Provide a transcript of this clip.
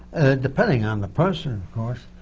depending on the person, of course,